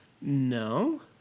No